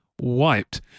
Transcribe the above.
wiped